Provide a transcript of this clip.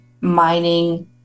mining